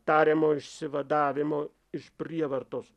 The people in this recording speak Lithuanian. tariamo išsivadavimo iš prievartos